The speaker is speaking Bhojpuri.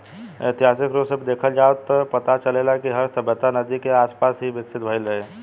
ऐतिहासिक रूप से देखल जाव त पता चलेला कि हर सभ्यता नदी के आसपास ही विकसित भईल रहे